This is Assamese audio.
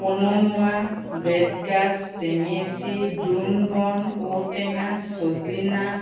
পোননুৱা বেতগাজ টেঙেছি দ্ৰোণ বন ঔ টেঙা ছজিনা